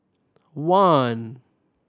one